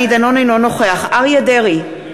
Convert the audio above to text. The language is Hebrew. אינו נוכח אריה דרעי,